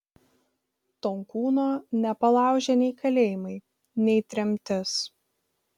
tonkūno nepalaužė nei kalėjimai nei tremtis